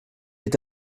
est